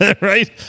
Right